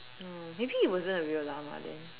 um maybe it wasn't a real llama then